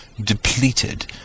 depleted